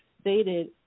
stated